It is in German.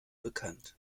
bekannt